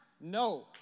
No